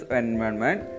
environment